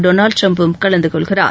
Donald ட்ரம்பும் கலந்துகொள்கிறார்